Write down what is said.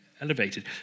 elevated